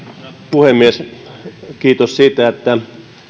puhemies kiitos siitä että